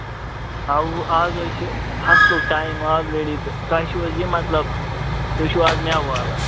اَوٕ اَز حظ چھُ فَصلُک ٹایم آلریڈی تہٕ تۄہہِ چھُو حظ یہِ مطلب تُہۍ چھِو حظ مٮ۪وٕ والان